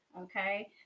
okay